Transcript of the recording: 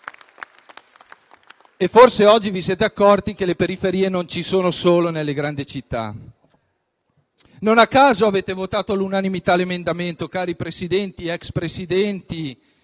E forse oggi vi siete accorti che le periferie non ci sono solo nelle grandi città. Non a caso, avete votato all'unanimità l'emendamento, cari Presidenti ed *ex* Presidenti